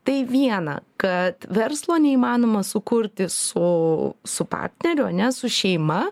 tai viena kad verslo neįmanoma sukurti su su partneriu ar ne su šeima